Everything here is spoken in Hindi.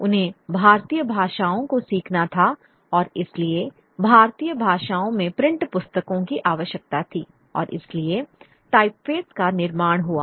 उन्हें भारतीय भाषाओं को सीखना था और इसलिए भारतीय भाषाओं में प्रिंट पुस्तकों की आवश्यकता थी और इसलिए टाइपफेस का निर्माण हुआ